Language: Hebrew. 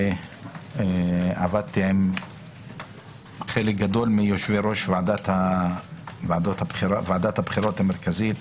ועבדתי עם חלק גדול מיושבי-ראש ועדת הבחירות המרכזית